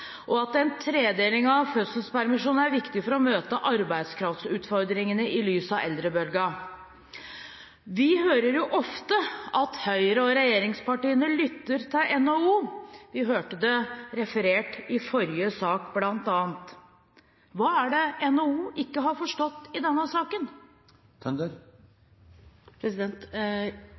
og at en tredeling av fødselspermisjonen er viktig for å møte arbeidskraftutfordringene i lys av eldrebølgen. Vi hører jo ofte at Høyre og regjeringspartiene lytter til NHO. Vi hørte det bl.a. referert i forrige sak. Hva er det NHO ikke har forstått i denne saken?